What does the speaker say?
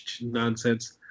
nonsense